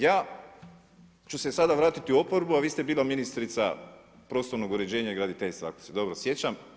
Ja ću se sada vratiti u oporbu, a vi ste bili ministrica prostornog uređenja i graditeljstva, ako se dobro sjećam.